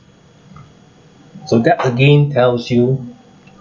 so that again tells you